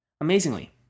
Amazingly